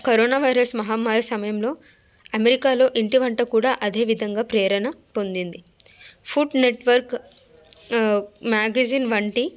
corona virus మహమ్మారి సమయంలో అమెరికాలో ఇంటి వంట కూడా అదేవిధంగా ప్రేరణ పొందింది ఫుడ్ నెట్వర్క్ మ్యాగజైన్ వంటి